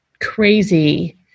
crazy